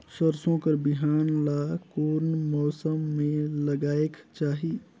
सरसो कर बिहान ला कोन मौसम मे लगायेक चाही?